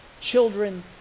children